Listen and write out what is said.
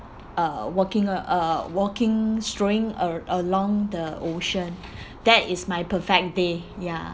uh walking uh uh walking strolling al~ along the ocean that is my perfect day ya